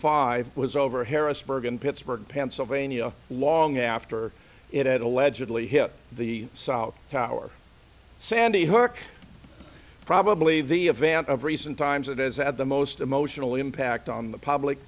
five was over harrisburg and pittsburgh pennsylvania long after it had allegedly hit the south tower sandy hook probably the event of recent times it is at the most emotional impact on the